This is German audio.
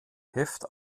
heft